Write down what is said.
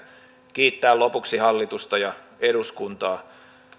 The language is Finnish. kiittää lopuksi hallitusta ja eduskuntaa